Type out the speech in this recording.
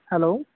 hello